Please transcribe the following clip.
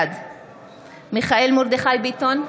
בעד מיכאל מרדכי ביטון,